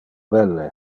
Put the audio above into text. belle